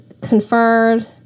conferred